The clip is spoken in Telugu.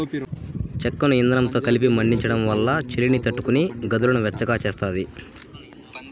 చెక్కను ఇందనంతో కలిపి మండించడం వల్ల చలిని తట్టుకొని గదులను వెచ్చగా చేస్తాది